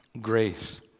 grace